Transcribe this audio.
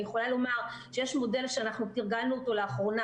אני יכולה לומר שיש מודל שתרגלנו לאחרונה